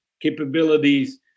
capabilities